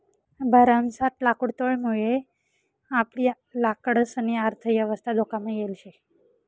भरमसाठ लाकुडतोडमुये आपली लाकडंसनी अर्थयवस्था धोकामा येल शे